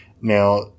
Now